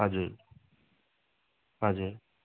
हजुर हजुर